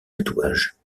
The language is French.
tatouages